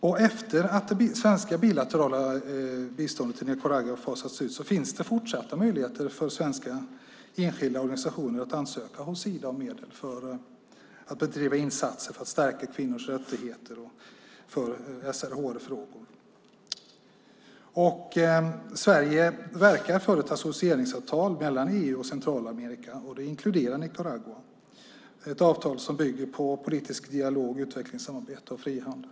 Efter utfasningen av det svenska bilaterala biståndet till Nicaragua finns det fortsatta möjligheter för svenska enskilda organisationer att ansöka hos Sida om medel för insatser för att stärka kvinnors rättigheter och för SRHR-frågor. Sverige verkar för ett associeringsavtal mellan EU och Centralamerika, och det inkluderar Nicaragua. Det är ett avtal som bygger på politisk dialog, utvecklingssamarbete och frihandel.